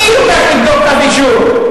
מי הוגש נגדו כתב אישום?